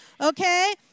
Okay